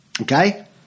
Okay